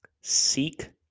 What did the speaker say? Seek